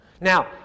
Now